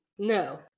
No